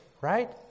right